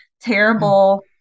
terrible